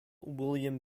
william